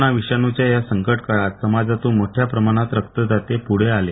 corona विषाणूच्या या संकट काळात समाजातून मोठ्या प्रमाणात रक्तदाते पुढे आले